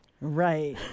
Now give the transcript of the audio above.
Right